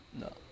No